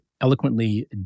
eloquently